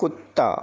कुत्ता